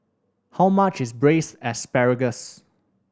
how much is Braised Asparagus